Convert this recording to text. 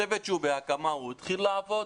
הצוות שבהקמה התחיל לעבוד?